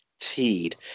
teed